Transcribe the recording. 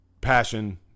passion